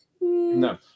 no